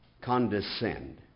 condescend